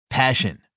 Passion